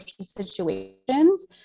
situations